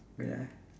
wait ah